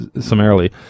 summarily